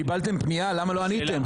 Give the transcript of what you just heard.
קיבלתם פנייה, למה לא עניתם?